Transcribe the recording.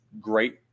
great